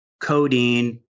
codeine